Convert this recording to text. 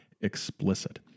explicit